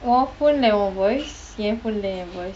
உன்:un phone leh உன்:un voice என்:en phone leh என்:en voice